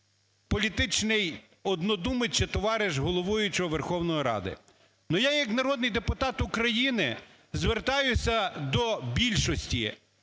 політичний однодумець чи товариш головуючого Верховної Ради, але я як народний депутат України звертаюся до більшості.